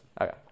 Okay